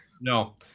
No